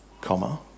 comma